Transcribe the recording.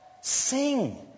Sing